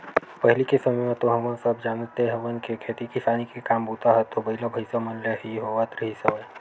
पहिली के समे म तो हमन सब जानते हवन के खेती किसानी के काम बूता ह तो बइला, भइसा मन ले ही होवत रिहिस हवय